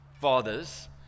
fathers